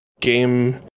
game